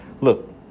look